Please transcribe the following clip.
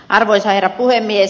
arvoisa herra puhemies